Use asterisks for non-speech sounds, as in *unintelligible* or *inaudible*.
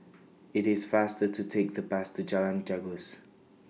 IT IS faster to Take The Bus to Jalan *unintelligible*